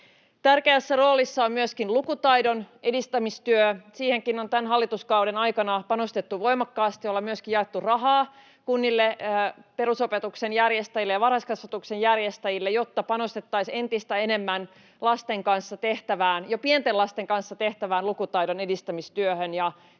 Tärkeässä roolissa on myöskin lukutaidon edistämistyö. Siihenkin on tämän hallituskauden aikana panostettu voimakkaasti. Ollaan myöskin jaettu rahaa kunnille, perusopetuksen järjestäjille ja varhaiskasvatuksen järjestäjille, jotta panostettaisiin entistä enemmän lasten, jo pienten lasten, kanssa tehtävään lukutaidon edistämistyöhön. Siinä